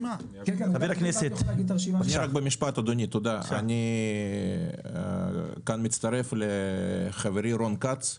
רק במשפט אדוני, אני כאן מצטרף לחברי רון כץ.